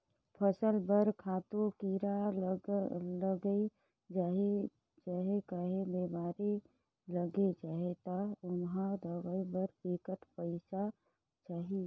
फसल बर खातू, कीरा लइग जाही चहे काहीं बेमारी लइग जाही ता ओम्हां दवई बर बिकट पइसा चाही